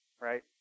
right